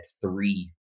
three